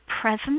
present